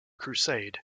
crusade